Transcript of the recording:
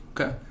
Okay